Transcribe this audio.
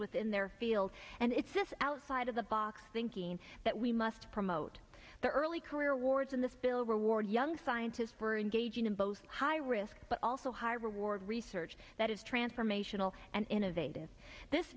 within their field and it's just outside of the box thinking that we must promote the early career wars in this bill reward young scientists for engaging in both high risk but also high reward research that is transformational and innovative this